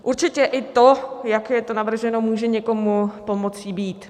Určitě i to, jak je to navrženo, může někomu pomocí být.